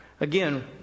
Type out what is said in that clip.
Again